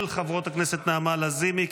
של חברות הכנסת נעמה לזימי,